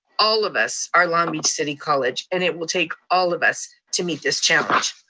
all of us are long beach city college, and it will take all of us to meet this challenge.